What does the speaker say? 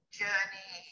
journey